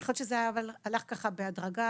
אבל אני חושבת שזה הלך ככה בהדרגה.